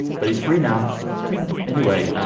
but he's free now anyway,